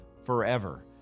forever